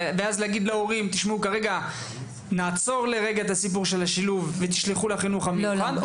ואז להגיד להורים: נעצור לרגע את השילוב ותשלחו לחינוך המיוחד -- לא,